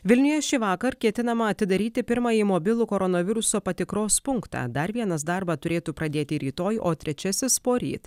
vilniuje šįvakar ketinama atidaryti pirmąjį mobilų koronaviruso patikros punktą dar vienas darbą turėtų pradėti rytoj o trečiasis poryt